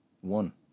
one